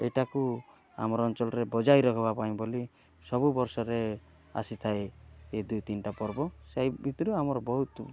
ଏଇଟାକୁ ଆମର ଅଞ୍ଚଳରେ ବଜାଇ ରଖ୍ବା ପାଇଁ ବୋଲି ସବୁବର୍ଷରେ ଆସିଥାଏ ଏ ଦୁଇ ତିନ୍ଟା ପର୍ବ ସେଇ ଭିତରୁ ଆମର ବହୁତ